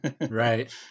Right